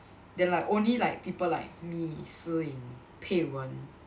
then like only like people like me Si Ying Pei wen